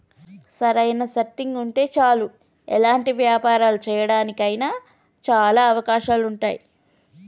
సరైన స్టార్టింగ్ ఉంటే చాలు ఎలాంటి వ్యాపారాలు చేయడానికి అయినా చాలా అవకాశాలు ఉంటాయి